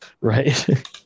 right